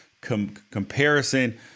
comparison